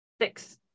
Six